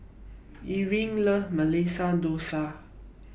Irving loves Masala Dosa